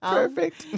Perfect